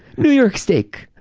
new york steak,